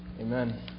Amen